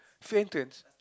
free entrance